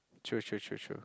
true true true true